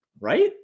Right